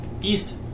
East